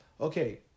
Okay